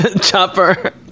Chopper